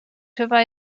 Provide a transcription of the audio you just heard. chyba